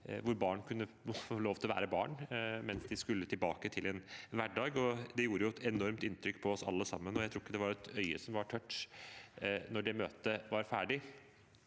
hvor barn kunne få lov til å være barn mens de skulle tilbake til en hverdag. Det gjorde et enormt inntrykk på oss alle sammen, og jeg tror ikke det var et øye som var tørt da det møtet var ferdig.